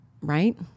right